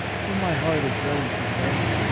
for my heart is ready to break.